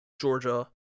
Georgia